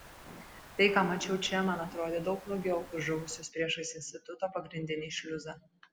tai ką mačiau čia man atrodė daug blogiau už žuvusius priešais instituto pagrindinį šliuzą